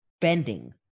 bending